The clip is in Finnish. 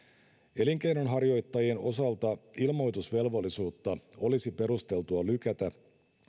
elinkeinonharjoittajien osalta ilmoitusvelvollisuutta olisi perusteltua lykätä